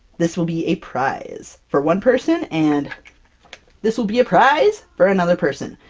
this will be a prize for one person, and this will be a prize for another person!